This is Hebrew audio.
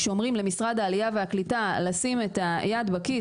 כשאומרים למשרד העלייה והקליטה לשים את היד בכיס,